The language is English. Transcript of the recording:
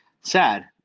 Sad